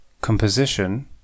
composition